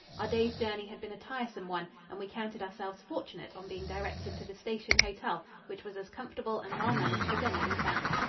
our day's journey had been a tiresome one, and we counted ourselves fortunate on being directed to the station hotel, which was as comfortable and well managed as any we found.